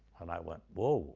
and i went, whoa